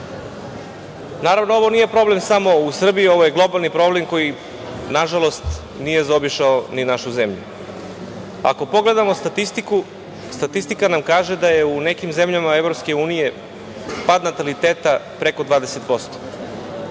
nastavi. Naravno, ovo nije problem samo u Srbiji. Ovo je globalni problem koji, nažalost, nije zaobišao ni našu zemlju. Ako pogledamo statistiku, statistika nam kaže da je u nekim zemljama EU pad nataliteta preko 20%.